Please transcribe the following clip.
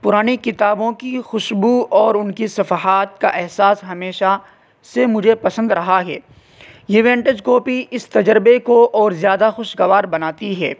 پرانی کتابوں کی خوشبو اور ان کی صفحات کا احساس ہمیشہ سے مجھے پسند رہا ہے یہ ونٹیج کاپی اس تجربے کو اور زیادہ خوشگوار بناتی ہے